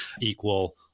equal